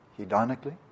hedonically